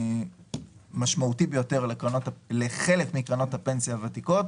משמעותי ביותר לחלק מקרנות הפנסיה הוותיקות.